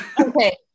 Okay